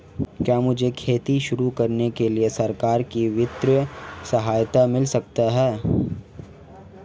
क्या मुझे खेती शुरू करने के लिए सरकार से वित्तीय सहायता मिल सकती है?